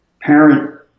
parent